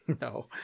no